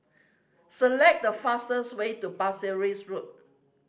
select the fastest way to Pasir Ris Road